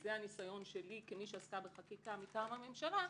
וזה הניסיון שלי כמי שעסקה בחקיקה מטעם הממשלה,